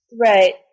Right